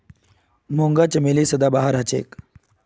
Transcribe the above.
मूंगा चमेली सदाबहार हछेक